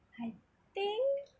I think